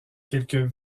quelques